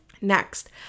Next